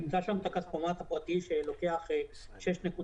הוא ימצא שם את הכספומט הפרטי שלוקח 6.90